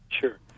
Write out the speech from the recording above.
Sure